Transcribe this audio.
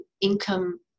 income